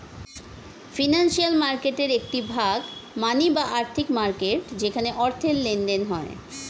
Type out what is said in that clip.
financial মার্কেটের একটি ভাগ মানি বা আর্থিক মার্কেট যেখানে অর্থের লেনদেন হয়